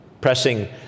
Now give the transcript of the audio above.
pressing